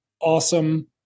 awesome